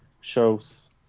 shows